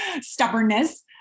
stubbornness